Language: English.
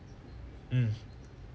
mm